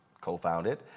Co-founded